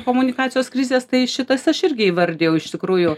komunikacijos krizės tai šitas aš irgi įvardijau iš tikrųjų